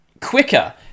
quicker